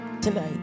tonight